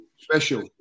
Special